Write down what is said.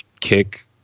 kick